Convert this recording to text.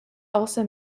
also